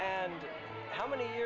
and how many